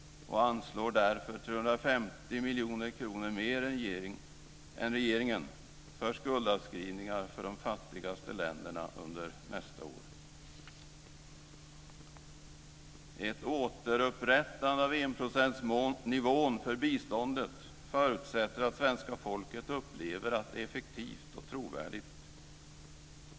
Vi anslår därför 350 miljoner kronor mer än regeringen till skuldavskrivningar för de fattigaste länderna nästa år. Ett återupprättande av enprocentsnivån för biståndet förutsätter att svenska folket upplever att det är effektivt och trovärdigt.